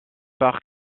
part